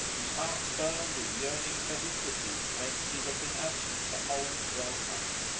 whose heart burned in yearning for his city whence he had been absent a whole twelvemonth.